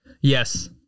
Yes